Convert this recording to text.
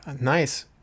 nice